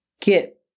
get